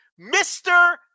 Mr